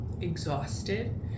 exhausted